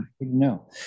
No